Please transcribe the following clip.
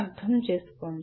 అర్థం చేసుకోండి